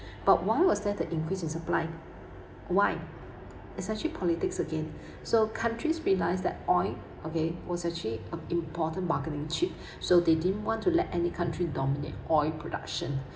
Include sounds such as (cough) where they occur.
but why was there the increase in supply why it's actually politics again (breath) so countries realise that oil okay was actually a important bargaining chip (breath) so they didn't want to let any country dominates oil production